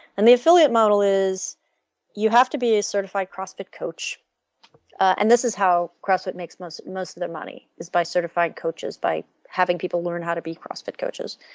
and the affiliate model is you have to be certified crossfit coach and this is how crossfit makes most most of their money is by certifying coaches, by having people learn how to be crossfit coaches.